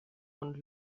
und